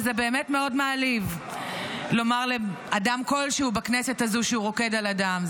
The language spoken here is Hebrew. וזה באמת מאוד מעליב לומר לאדם כלשהו בכנסת הזו שהוא רוקד על אדם.